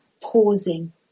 pausing